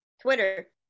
Twitter